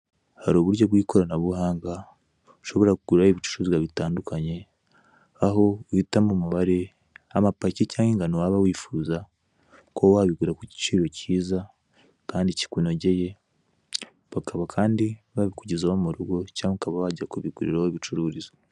Hari uburyo bw'ikiranabuhanga ushobora kuguriraho ibicuruzwa bitandukanye, aho uhitamo umubare, amapaki cyangwa ingano waba wifuza, kuba wabigura ku giciro cyiza kandi kikunogeye, bakaba kandi babikugezaho mu rugo, cyangwa ukaba wajya kubigurira aho babicururiza.